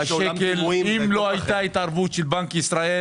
אם לא הייתה התערבות של בנק ישראל